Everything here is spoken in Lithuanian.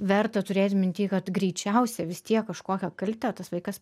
verta turėti minty kad greičiausiai vis tiek kažkokią kaltę tas vaikas